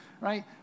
right